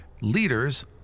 leaders